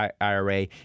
IRA